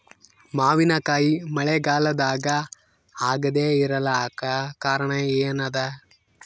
ಮಾವಿನಕಾಯಿ ಮಳಿಗಾಲದಾಗ ಆಗದೆ ಇರಲಾಕ ಕಾರಣ ಏನದ?